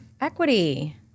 Equity